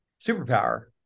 superpower